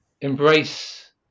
embrace